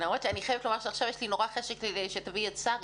אני חייבת לומר שעכשיו יש לי נורא חשק שתביאי את שרי.